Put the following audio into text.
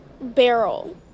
barrel